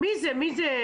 מי זה?